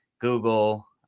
Google